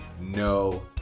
no